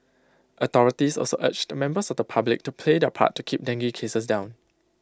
authorities also urged members of the public to play their part to keep dengue cases down